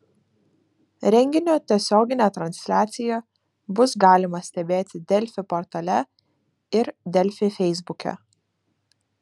renginio tiesioginę transliaciją bus galima stebėti delfi portale ir delfi feisbuke